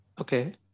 Okay